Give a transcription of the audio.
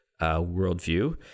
worldview